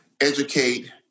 educate